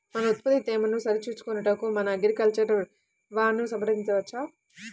మన ఉత్పత్తి తేమను సరిచూచుకొనుటకు మన అగ్రికల్చర్ వా ను సంప్రదించవచ్చా?